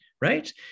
right